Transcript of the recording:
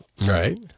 Right